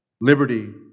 liberty